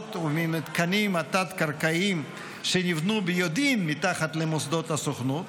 במנהרות ובמתקנים התת-קרקעיים שנבנו ביודעין מתחת למוסדות הסוכנות,